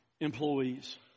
employees